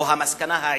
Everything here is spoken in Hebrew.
או המסקנה העיקרית?